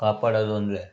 ಕಾಪಾಡೋದು ಅಂದರೆ